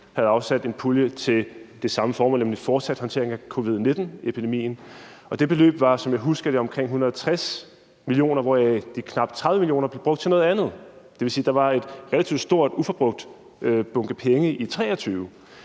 havde afsat en pulje til det samme formål, nemlig fortsat håndtering af covid-19-epidemien. Det beløb var, som jeg husker det, på omkring 160 mio. kr., hvoraf de knap 30 mio. kr. blev brugt til noget andet. Det vil sige, at der var en relativt stor uforbrugt bunke penge i 2023.